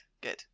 Good